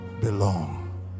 belong